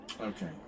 Okay